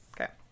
okay